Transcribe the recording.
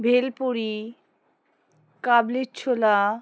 ভেলপুরি কাবলি ছোলা